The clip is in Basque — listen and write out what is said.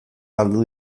galdu